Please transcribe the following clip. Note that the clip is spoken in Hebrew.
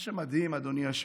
מה שמדהים, אדוני היושב-ראש,